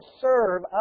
serve